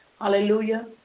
Hallelujah